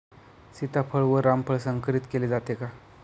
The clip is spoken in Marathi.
सीताफळ व रामफळ संकरित केले जाते का?